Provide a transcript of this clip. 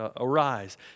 arise